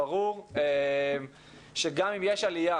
ברור שגם אם יש עלייה